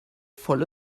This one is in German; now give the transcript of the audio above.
voll